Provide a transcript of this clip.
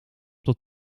tot